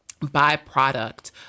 byproduct